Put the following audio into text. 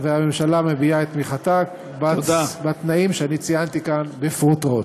הממשלה מביעה את תמיכתה בתנאים שאני ציינתי כאן בפרוטרוט.